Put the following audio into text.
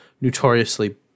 notoriously